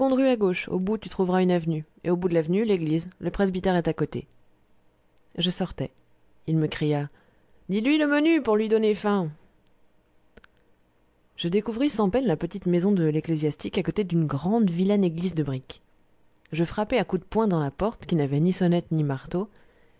à gauche au bout tu trouveras une avenue et au bout de l'avenue l'église le presbytère est à côté je sortais il me cria dis-lui le menu pour lui donner faim je découvris sans peine la petite maison de l'ecclésiastique à côté d'une grande vilaine église de briques je frappai à coups de poing dans la porte qui n'avait ni sonnette ni marteau